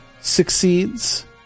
succeeds